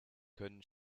können